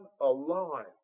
alive